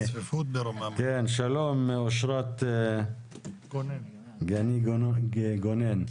שלום, אושרת גני גונן.